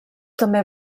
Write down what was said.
també